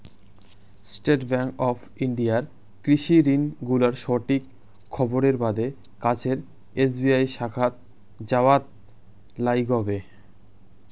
state bank of ইন্ডিয়ার কৃষি ঋণ গুলার সঠিক খবরের বাদে কাছের এস.বি.আই শাখাত যাওয়াৎ লাইগবে